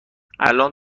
الان